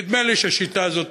נדמה לי ששיטה זו,